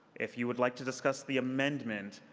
if you would like to discuss the amendment,